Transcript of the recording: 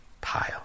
pile